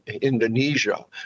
Indonesia